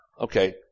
Okay